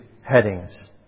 headings